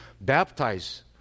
baptize